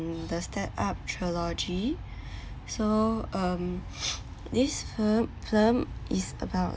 the step up trilogy so um this film is about